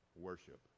worship